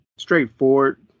straightforward